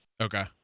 Okay